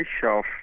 shelf